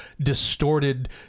distorted